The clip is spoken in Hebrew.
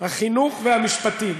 החינוך והמשפטים.